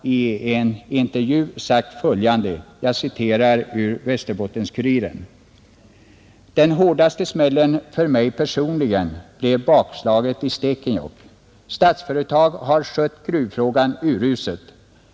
I en intervju i Västerbottens-Kuriren har han sagt följande: ”Den hårdaste smällen för mig personligen blev bakslaget i Stekenjokk. Statsföretag har skött gruvfrågan uruselt.